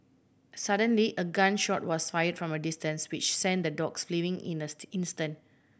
suddenly a gun shot was fired from a distance which sent the dogs fleeing in an instant